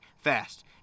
Fast